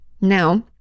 Now